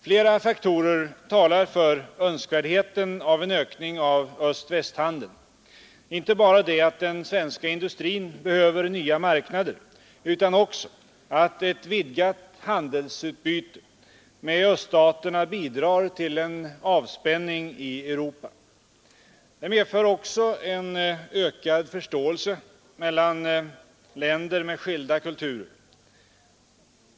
Flera faktorer talar för önskvärdheten av en ökning av öst-västhandeln — inte bara att den svenska industrin behöver nya marknader utan också att ett vidgat handelsutbyte med öststaterna bidrar till en avspänning i Europa. Det medför också en ökad förståelse mellan länder med skilda kulturer.